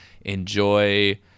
enjoy